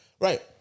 Right